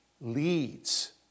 leads